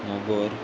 मोबोर